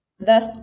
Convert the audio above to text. Thus